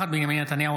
בעד בנימין נתניהו,